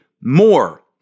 more